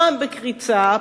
פעם בקריצה,